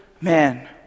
man